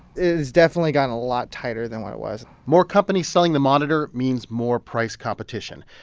it has definitely gotten a lot tighter than what it was more companies selling the monitor means more price competition,